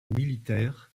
militaires